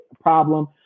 problem